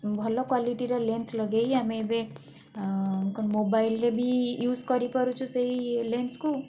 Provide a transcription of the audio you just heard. ଭଲ କ୍ୱାଲିଟିର ଲେନ୍ସ ଲଗେଇ ଆମେ ଏବେ କ'ଣ ମୋବାଇଲ୍ରେ ବି ଇଉଜ୍ କରିପାରୁଛୁ ସେଇ ଲେନ୍ସକୁ